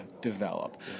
develop